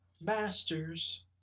masters